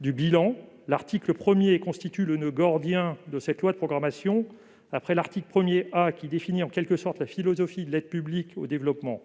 du bilan. L'article 1 constitue le noeud gordien de ce projet de loi de programmation, après l'article 1 A, qui définit en quelque sorte la philosophie de l'aide publique au développement.